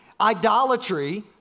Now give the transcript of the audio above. Idolatry